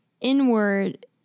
inward